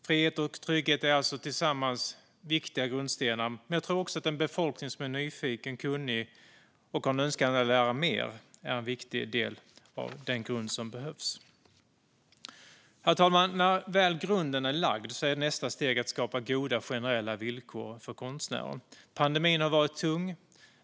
Frihet och trygghet är alltså tillsammans viktiga grundstenar, men jag tror också att en befolkning som är nyfiken, kunnig och har en önskan att lära mer är en viktig del av den grund som behövs. Herr talman! När grunden väl är lagd är nästa steg att skapa goda generella villkor för konstnärer. Pandemin har varit tung.